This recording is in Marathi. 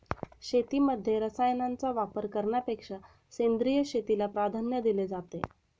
शेतीमध्ये रसायनांचा वापर करण्यापेक्षा सेंद्रिय शेतीला प्राधान्य दिले जाते